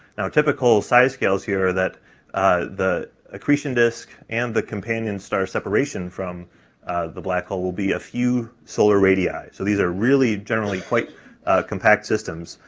now, typical size scales here are that the accretion disk and the companion star separation from the black hole will be a few solar radii so these are really generally quite compact systems,